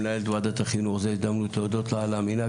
למנהלת וועדת החינוך תודות על המנהג,